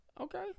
Okay